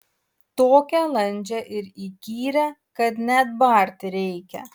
tokią landžią ir įkyrią kad net barti reikia